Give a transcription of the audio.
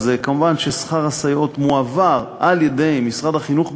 אז כמובן ששכר הסייעות מועבר על-ידי משרד החינוך,